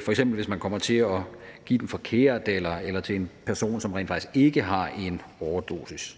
f.eks. hvis man kommer til at give den forkert eller til en person, som rent faktisk ikke har fået en overdosis.